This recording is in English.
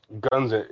guns